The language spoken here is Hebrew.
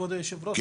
כבוד יושב הראש,